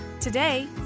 Today